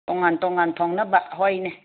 ꯇꯣꯉꯥꯟ ꯇꯣꯉꯥꯟ ꯊꯣꯡꯅꯕ ꯍꯣꯏꯅꯦ